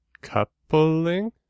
Coupling